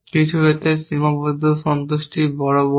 কিছু অর্থে সীমাবদ্ধ সন্তুষ্টির বড় বস